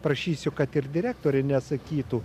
prašysiu kad ir direktorė nesakytų